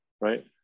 right